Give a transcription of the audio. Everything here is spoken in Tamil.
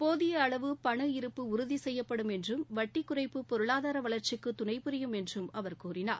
போதிய அளவு பண இருப்பு உறுதி செய்யப்படும் என்றும் வட்டிக் குறைப்பு பொருளாதார வளர்ச்சிக்கு துணை புரியும் என்று அவர் கூறினார்